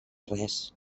res